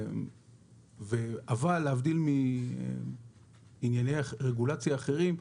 אבל להבדיל מענייני רגולציה אחרים,